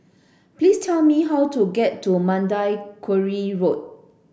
please tell me how to get to Mandai Quarry Road